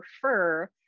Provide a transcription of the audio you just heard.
prefer